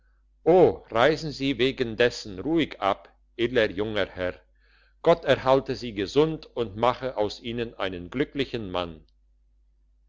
reisen sie wegen dessen ruhig ab edler junger herr gott erhalte sie gesund und mache aus ihnen einen glücklichen mann